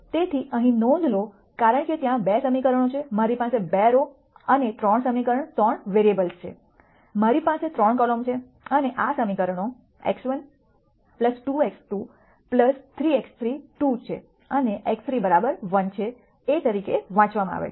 તેથી અહીં નોંધ લો કારણ કે ત્યાં 2 સમીકરણો છે મારી પાસે 2 રો અને 3 સમીકરણ 3 વેરીઅબલ્જ઼ છે મારી પાસે 3 કોલમ છે અને આ સમીકરણો x1 2x2 3x3 2 છે અને x3 1 છે તરીકે વાંચવામાં આવે છે